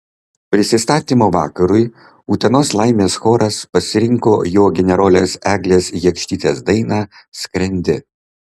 prisistatymo vakarui utenos laimės choras pasirinko jo generolės eglės jakštytės dainą skrendi